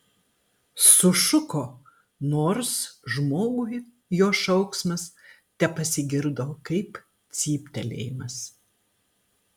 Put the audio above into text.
sušuko nors žmogui jo šauksmas tepasigirdo kaip cyptelėjimas